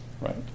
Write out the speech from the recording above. Right